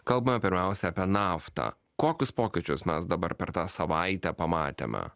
kalbama pirmiausia apie naftą kokius pokyčius mes dabar per tą savaitę pamatėme